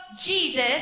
Jesus